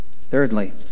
Thirdly